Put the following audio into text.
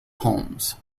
homes